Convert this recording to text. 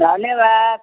धन्यवाद